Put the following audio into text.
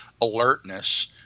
alertness